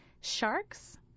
sharks